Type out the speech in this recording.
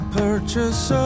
purchase